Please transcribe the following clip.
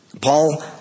Paul